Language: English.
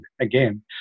again